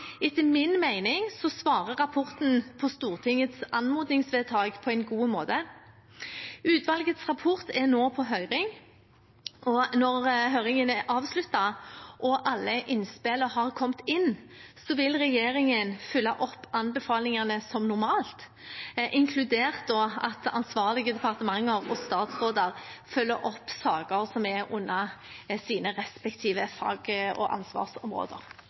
Etter min mening svarer rapporten på Stortingets anmodningsvedtak på en god måte. Utvalgets rapport er nå på høring, og når høringen er avsluttet og alle innspillene har kommet inn, vil regjeringen følge opp anbefalingene som normalt, inkludert at ansvarlige departementer og statsråder følger opp saker som er under deres respektive fag- og ansvarsområder.